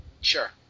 sure